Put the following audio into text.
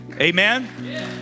Amen